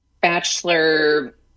Bachelor